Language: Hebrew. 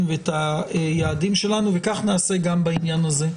ואת היעדים שלנו וכך נעשה גם בעניין הזה.